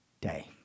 day